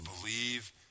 believe